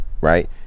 right